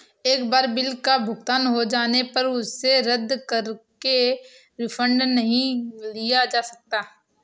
एक बार बिल का भुगतान हो जाने पर उसे रद्द करके रिफंड नहीं लिया जा सकता